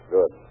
Good